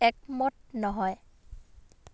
একমত নহয়